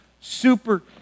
super